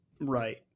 right